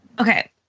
Okay